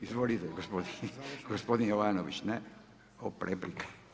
Izvolite gospodin Jovanović, replika.